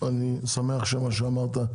אני שמח שמה שאמרת,